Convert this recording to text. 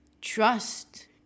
trust